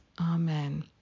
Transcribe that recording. Amen